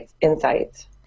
insights